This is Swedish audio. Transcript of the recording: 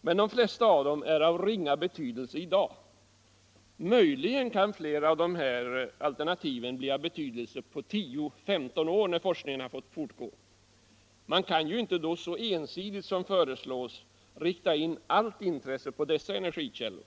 Men de flesta av dem är av ringa betydelse i dag. Möjligen kan flera av dem bli av betydelse om 10 — 15 år när forskningen har fått fortgå. Man kan ju inte då så ensidigt som föreslås rikta in allt intresse på dessa energikällor.